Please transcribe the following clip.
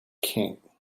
king